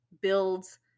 builds